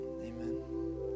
amen